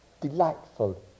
delightful